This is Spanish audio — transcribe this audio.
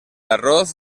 arroz